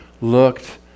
looked